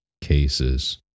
cases